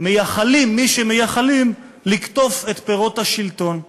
מייחלים מי שמייחלים לקטוף את כל פירות השלטון.